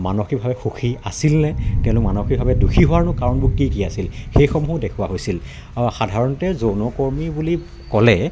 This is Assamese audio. মানসিকভাৱে সুখী আছিল নে তেওঁলোক মানসিকভাৱে দুখী হোৱাৰনো কাৰণবোৰ কি কি আছিল সেইসমূহো দেখুওৱা হৈছিল আৰু সাধাৰণতে যৌনকৰ্মী বুলি ক'লে